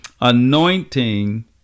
anointing